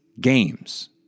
games